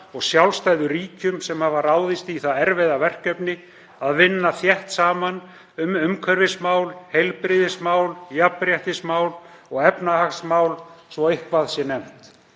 og sjálfstæðum ríkjum sem ráðist hafa í það erfiða verkefni að vinna þétt saman um umhverfismál, heilbrigðismál, jafnréttismál og efnahagsmál, svo eitthvað sé nefnt.